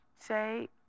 say